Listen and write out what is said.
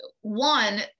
one